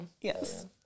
yes